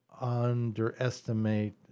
underestimate